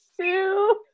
Sue